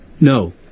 No